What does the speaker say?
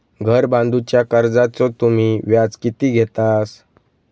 घर बांधूच्या कर्जाचो तुम्ही व्याज किती घेतास?